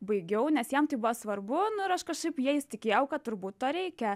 baigiau nes jiem tai buvo svarbu ir aš kažkaip jais tikėjau kad turbūt to reikia